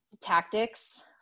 tactics